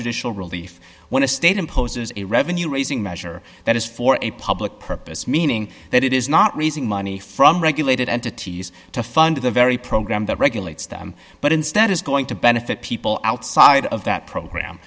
judicial relief when a state imposes a revenue raising measure that is for a public purpose meaning that it is not raising money from regulated entities to fund the very program that regulates them but instead is going to benefit people outside of that program